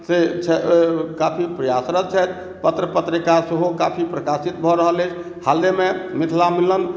से काफी प्रयासरत छथि पत्र पत्रिका सेहो काफी प्रकाशित भऽ रहल अछि हालहिमे मिथिला मिलन